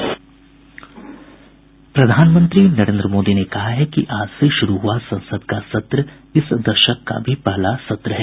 प्रधानमंत्री नरेन्द्र मोदी ने कहा है कि आज से शुरू हुआ संसद का सत्र इस दशक का भी पहला सत्र है